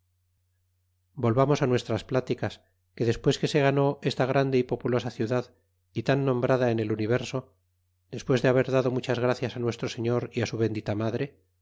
volvamos á nuestras pláticas que despues qué se ganó esta grande y populosa ciudad y tan nombrada en el universo despues de haber dado muchas gracias á nuestro señor y á su bendita madre